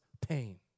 pain